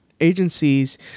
agencies